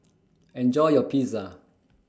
Enjoy your Pizza